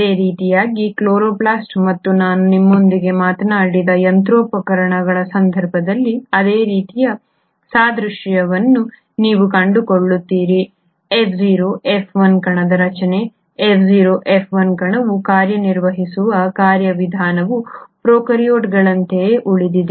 ಅದೇ ರೀತಿಯಾಗಿ ಕ್ಲೋರೊಪ್ಲಾಸ್ಟ್ ಮತ್ತು ನಾನು ನಿಮ್ಮೊಂದಿಗೆ ಮಾತನಾಡಿದ ಯಂತ್ರೋಪಕರಣಗಳ ಸಂದರ್ಭದಲ್ಲಿ ಅದೇ ರೀತಿಯ ಸಾದೃಶ್ಯವನ್ನು ನೀವು ಕಂಡುಕೊಳ್ಳುತ್ತೀರಿ F0 F1 ಕಣದ ರಚನೆ F0 F1 ಕಣವು ಕಾರ್ಯನಿರ್ವಹಿಸುವ ಕಾರ್ಯವಿಧಾನವು ಪ್ರೊಕಾರ್ಯೋಟ್ಗಳಂತೆಯೇ ಉಳಿದಿದೆ